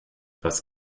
was